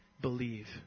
believe